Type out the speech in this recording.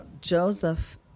Joseph